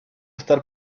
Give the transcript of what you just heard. estar